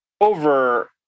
over